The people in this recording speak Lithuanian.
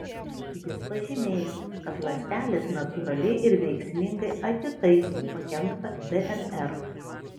jis pažymėjo kad ląstelės natūraliai ir veiksmingai atitaiso pakenktą dnr